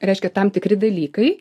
reiškia tam tikri dalykai